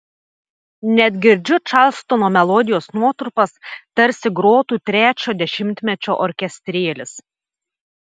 net girdžiu čarlstono melodijos nuotrupas tarsi grotų trečio dešimtmečio orkestrėlis